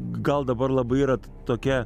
gal dabar labai yra tokia